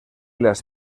las